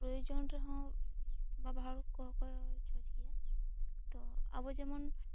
ᱯᱨᱚᱭᱚ ᱡᱚᱱ ᱨᱮ ᱦᱚᱸ ᱵᱟᱵᱟ ᱦᱚᱲ ᱠᱚᱦᱚᱸ ᱠᱚ ᱪᱷᱚᱸᱪ ᱜᱮᱭᱟ ᱛᱚ ᱟᱵᱚ ᱡᱮᱢᱚᱱ